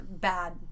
bad